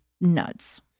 nuts